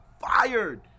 fired